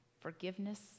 forgiveness